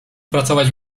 pracować